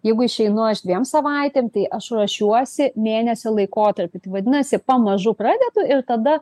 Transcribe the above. jeigu išeinu aš dviem savaitėm tai aš ruošiuosi mėnesio laikotarpiui tai vadinasi pamažu pradedu ir tada